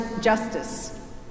justice